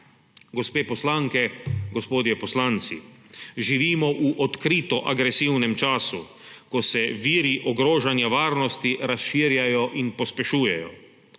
Gospe poslanke, gospodje poslanci! Živimo v odkrito agresivnem času, ko se viri ogrožanja varnosti razširjajo in pospešujejo.